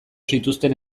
zituzten